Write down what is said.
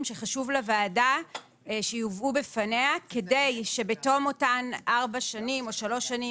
שחשוב לוועדה שיובאו בפניה כדי שבתום אותן ארבע שנים או שלוש שנים,